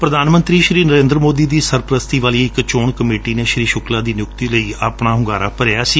ਪ੍ਰਧਾਨ ਮੰਤਰੀ ਨਰੇ'ਦਰ ਮੋਦੀ ਦੀ ਸਰਪ੍ਰਸਤੀ ਵਾਲੀ ਇਕ ਚੋਣ ਕਮੇਟੀ ਨੇ ਸ੍ਰੀ ਸੁਕਲਾ ਦੀ ਨਿਉਕਤੀ ਲਈ ਆਪਣਾ ਹੁੰਗਾਰਾ ਭਰਿਆ ਸੀ